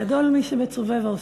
גדול מי שמצווה ועושה.